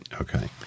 Okay